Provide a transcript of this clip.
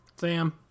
Sam